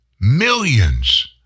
millions